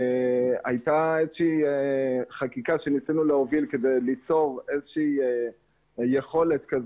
הייתה חקיקה שניסינו להוביל כדי ליצור איזושהי יכולת של